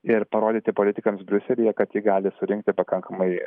ir parodyti politikams briuselyje kad ji gali surinkti pakankamai